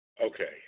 Okay